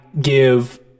give